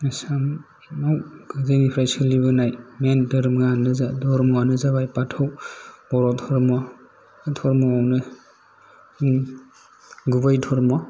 आसामाव गोदोनिफ्राय सोलिबोनाय मेन धोरोमानो जाबाय बाथौ बर' धर्म धर्म आवनो गुबै धर्म